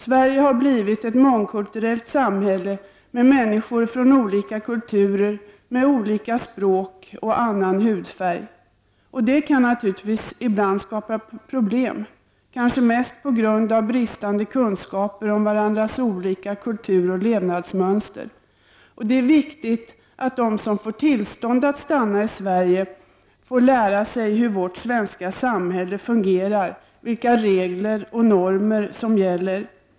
Sverige har blivit ett mångkulturellt samhälle med människor från olika kulturer, med olika språk och olika hudfärg. Det kan naturligtvis ibland skapa problem, kanske mest på grund av bristande kunskaper om varandras olika kulturoch levnadsmönster. Det är viktigt att de som får tillstånd att stanna i Sverige får lära sig hur vårt svenska samhälle fungerar och vilka regler och normer som gäller.